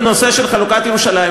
בנושא של חלוקת ירושלים,